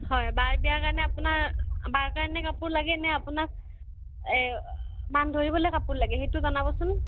হয় বাৰ বিয়াৰ কাৰণে আপোনাৰ বাৰ কাৰণে কাপোৰ লাগে নে আপোনাক এ মান ধৰিবলৈ কাপোৰ লাগে সেইটো জনাবচোন